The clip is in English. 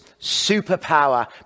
superpower